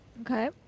Okay